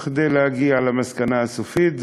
כדי להגיע למסקנה הסופית,